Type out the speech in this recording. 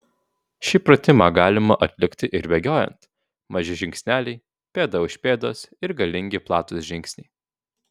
šį pratimą galima atlikti ir bėgiojant maži žingsneliai pėda už pėdos ir galingi platūs žingsniai